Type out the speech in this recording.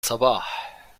صباح